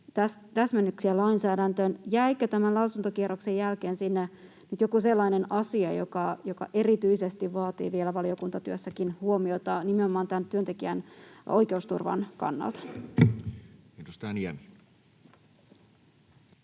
täsmennyksiä lainsäädäntöön. Jäikö tämän lausuntokierroksen jälkeen sinne nyt joku sellainen asia, joka erityisesti vaatii vielä valiokuntatyössäkin huomiota nimenomaan työntekijän oikeusturvan kannalta? Edustaja